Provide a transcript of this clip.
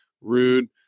rude